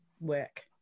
work